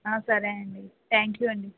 సరే అండీ thank you అండీ